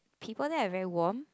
people there are very warm